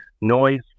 noise